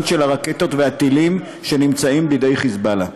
של הרקטות והטילים שבידי "חיזבאללה".